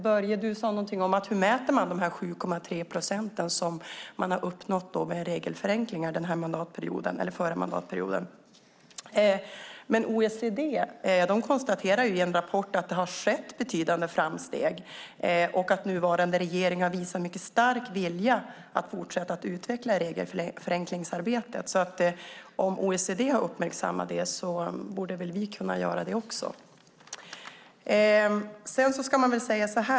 Börje Vestlund frågade: Hur mäter man dessa 7,3 procent man har uppnått med regelförenklingar förra mandatperioden? OECD konstaterar i en rapport att det har skett betydande framsteg och att nuvarande regering har visat mycket stark vilja att fortsätta att utveckla regelförenklingsarbetet. Om OECD har uppmärksammat det borde vi kunna göra det också.